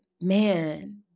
man